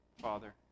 Father